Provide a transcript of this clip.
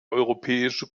europäische